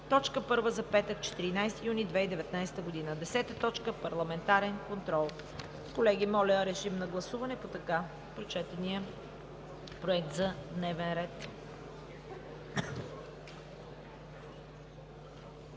точка първа за петък, 14 юни 2019 г. 10. Парламентарен контрол.“ Колеги, моля режим на гласуване по така прочетения Проект за дневен ред.